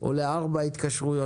או לארבע התקשרויות,